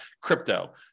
crypto